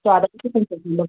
so அதை பற்றி கொஞ்சம் சொல்லுங்க